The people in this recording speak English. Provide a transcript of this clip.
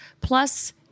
Plus